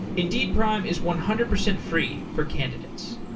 indeed prime is one hundred percent free for candidates,